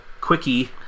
Quickie